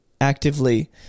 actively